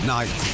Night